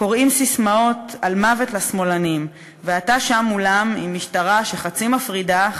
קוראים ססמאות על מוות לשמאלנים ואתה שׁם מולם עם משטרה שחצי מפרידה,